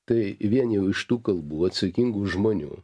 tai vien jau iš tų kalbų atsakingų žmonių